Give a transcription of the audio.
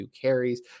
carries